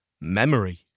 memory